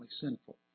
sinful